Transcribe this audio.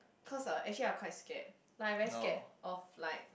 cause uh actually I quite scared like I very scared of like